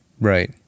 Right